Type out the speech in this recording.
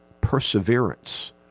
perseverance